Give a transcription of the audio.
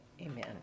Amen